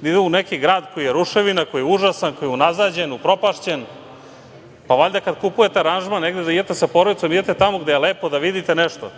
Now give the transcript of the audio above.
da idu u neki grad koji je ruševina koji je užasan, koji je unazađen, upropašćen. Pa, valjda kada kupujete aranžman negde da idete sa porodicom, vi idete tamo gde je lepo da vidite nešto.